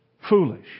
foolish